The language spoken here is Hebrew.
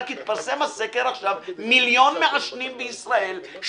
התפרסם הסקר עכשיו מיליון מעשנים בישראל,